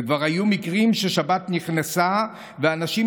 וכבר היו מקרים ששבת נכנסה ואנשים,